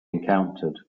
encountered